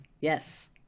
Yes